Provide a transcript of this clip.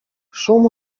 szum